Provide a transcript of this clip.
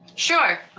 sure.